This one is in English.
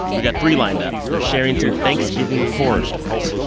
we've got three lined up. they're sharing some thanksgiving horror stories